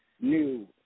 new